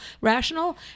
rational